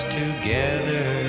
together